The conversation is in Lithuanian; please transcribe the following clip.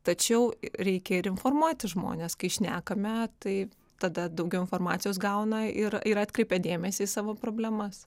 tačiau reikia ir informuoti žmones kai šnekame tai tada daugiau informacijos gauna ir ir atkreipia dėmesį į savo problemas